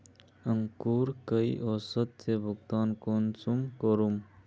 अंकूर कई औसत से भुगतान कुंसम करूम?